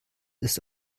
ist